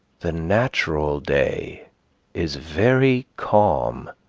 the natural day is very calm,